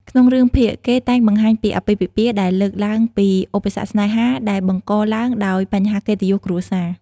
ក្នុងរឿងភាគ គេតែងបង្ហាញពី អាពាហ៍ពិពាហ៍ ដែលលើកឡើងពីឧបសគ្គស្នេហាដែលបង្កឡើងដោយបញ្ហាកិត្តិយសគ្រួសារ។